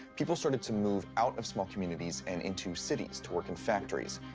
people started to move out of small communities and into cities to work in factories.